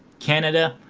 canada,